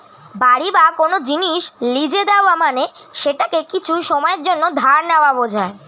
বাড়ি বা কোন জিনিস লীজে দেওয়া মানে সেটাকে কিছু সময়ের জন্যে ধার দেওয়া বোঝায়